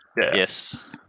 yes